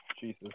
Jesus